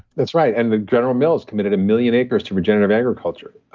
that's right, and then general mills committed a million acres to regenerative agriculture.